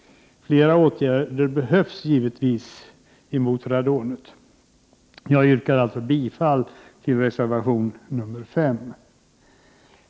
Flera åtgärder behöver givetvis vidtas mot radonet. Jag yrkar bifall till reservation 1.